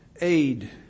aid